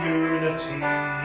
unity